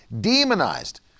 Demonized